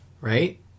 right